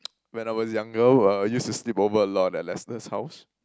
when I was younger well I used to sleep over a lot at Lester's house